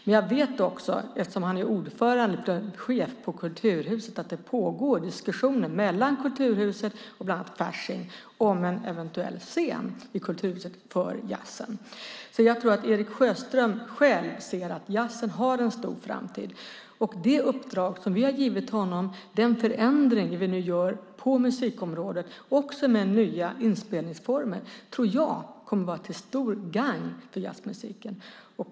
Men jag vet också, eftersom han är chef på Kulturhuset, att det pågår diskussioner med bland annat Fasching om en eventuell scen i Kulturhuset för jazzen. Jag tror att Eric Sjöström själv ser att jazzen har en framtid. Det uppdrag som vi har gett honom och den förändring som vi nu gör på musikområdet, också med nya inspelningsformer, kommer att vara till stort gagn för jazzmusiken.